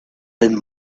been